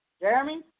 Jeremy